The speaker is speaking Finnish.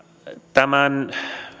tämän